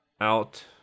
out